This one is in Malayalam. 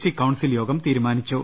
ടി കൌൺസിൽ യോഗം തീരുമാനിച്ചു